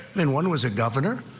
and one was a governor.